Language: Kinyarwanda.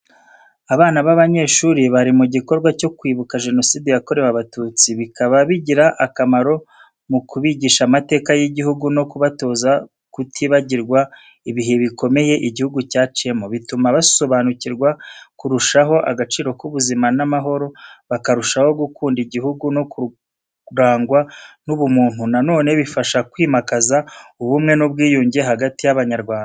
Abana b’abanyeshuri bari mu gikorwa cyo kwibuka Jenoside yakorewe Abatutsi, bikaba bigira akamaro mu kubigisha amateka y’igihugu no kubatoza kutibagirwa ibihe bikomeye igihugu cyaciyemo. Bituma basobanukirwa kurushaho agaciro k’ubuzima n’amahoro, bakarushaho gukunda igihugu no kurangwa n’ubumuntu. Na none bifasha kwimakaza ubumwe n’ubwiyunge hagati y’Abanyarwanda.